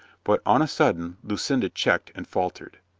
but, on a sudden, lucinda checked and faltered.